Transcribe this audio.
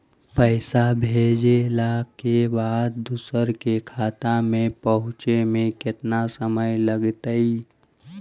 पैसा भेजला के बाद दुसर के खाता में पहुँचे में केतना समय लगतइ?